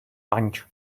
punch